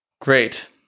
Great